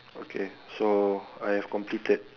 okay so I have completed